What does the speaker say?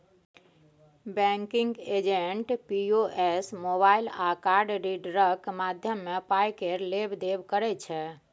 banking agent POS, mobile आ card रीडरक माध्यमे पाय केर लेब देब करै छै